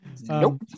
Nope